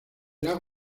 lago